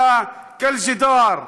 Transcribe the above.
אנו נשארים כמו גדר).